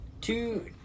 Two